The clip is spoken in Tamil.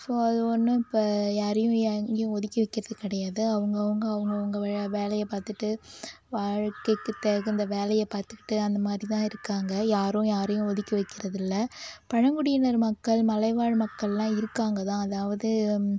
ஸோ அது ஒன்றும் இப்போ யாரையும் எங்கேயும் ஒதுக்கி வைக்கிறது கிடையாது அவங்கவுங்க அவங்கவுங்க வேலையை பார்த்துட்டு வாழ்க்கைக்கு தகுந்த வேலையை பார்த்துகிட்டு அந்த மாரி தான் இருக்காங்க யாரும் யாரையும் ஒதுக்கி வைக்கிறது இல்லை பழங்குடியினர் மக்கள் மலைவாழ் மக்கள்லாம் இருக்காங்க தான் அதாவது